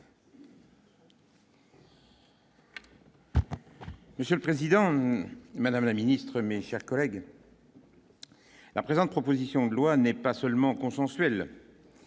Monsieur le Président, Madame la ministre mis chers collègues. La présente proposition de loi n'est pas seulement consensuel,